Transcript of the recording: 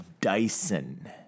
Dyson